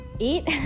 Eat